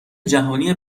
جهانی